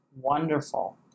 wonderful